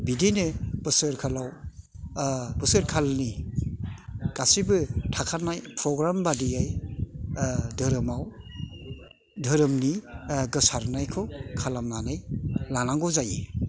बिदिनो बोसोर खालनि गासिबो थाखानाय प्रग्राम बायदियै धोरोमआव धोरोमनि गोसारनायखौ खालामनानै लानांगौ जायो